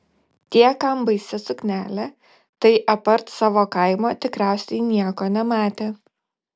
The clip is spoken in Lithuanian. tie kam baisi suknelė tai apart savo kaimo tikriausiai nieko nematė